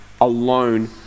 alone